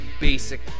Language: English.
basic